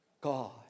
God